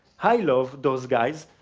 i love those guys.